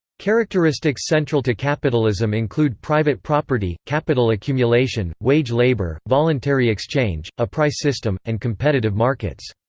characteristics central to capitalism include private property, capital accumulation, wage labor, voluntary exchange, a price system, and competitive markets.